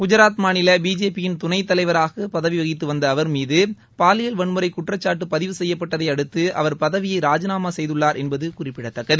குஜராத் மாநில பிஜேபி யின் துணைத்தலைவராக பதவி வகித்து வந்த அவர் மீது பாலியல் வன்முறை குற்றச்சாட்டு பதிவு செய்யப்பட்டதை அடுத்து அவர் பதவியை ராஜிநாமா செய்துள்ளாா் என்பது குறிப்பிடத்தக்கது